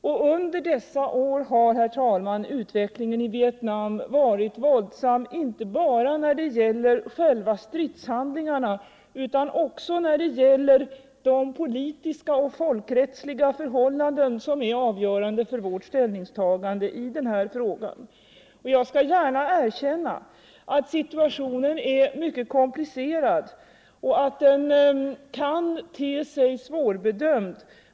Och under dessa år har, herr talman, utvecklingen i Vietnam varit våldsam inte bara när det gäller själva stridshandlingarna utan också när det gäller de politiska och folkrättsliga förhållanden som är avgörande för vårt ställningstagande i denna fråga. Jag skall gärna erkänna att situationen är mycket komplicerad och att den kan te sig svårbedömbar.